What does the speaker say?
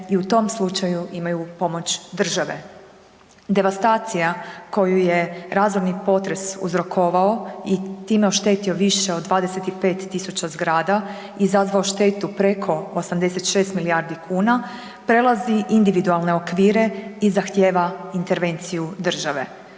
i u tom slučaju imaju pomoć države. Devastacija koju je razorni potres uzrokovao i time oštetio više od 25000 zgrada i izazvao štetu preko 86 milijardi kuna prelazi individualne okvire i zahtjeva intervenciju države.